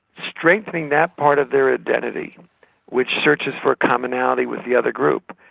strengthening that part of their identity which searches for a commonality with the other group.